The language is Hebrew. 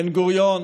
בן-גוריון,